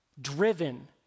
driven